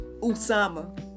usama